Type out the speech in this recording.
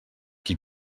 qui